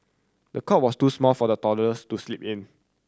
the cot was too small for the toddlers to sleep in